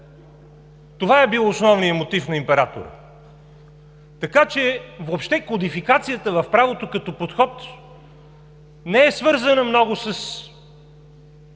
Това е бил основният мотив на императора. Така че въобще кодификацията в правото като подход не е свързана много,